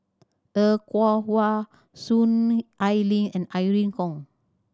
Er Kwong Wah Soon Ai Ling and Irene Khong